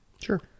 sure